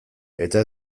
eta